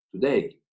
today